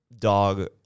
Dog